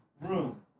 Room